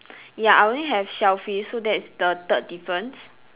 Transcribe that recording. ya I only have shellfish so that's the third difference